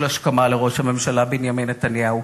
השכמה לראש הממשלה בנימין נתניהו,